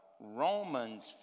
Romans